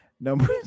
number